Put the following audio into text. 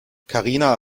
karina